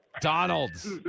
donald's